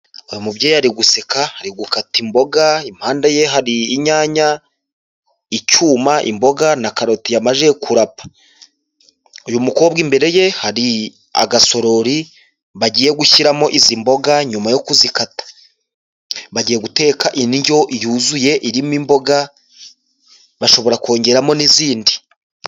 Uyu mubyeyi yari guseka ari gukata imboga impande ye hari inyanya, icyuma, imboga na karoti yamajije kurapa. Uyu mukobwa imbere ye hari agasorori bagiye gushyiramo izi mboga nyuma yo kuzikata, bagiye guteka indyo yuzuye irimo imboga bashobora kongeramo n'izindi.